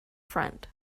front